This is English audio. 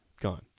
gone